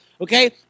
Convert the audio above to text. okay